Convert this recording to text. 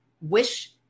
wish